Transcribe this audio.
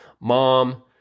mom